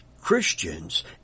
Christians